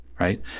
right